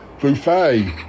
Buffet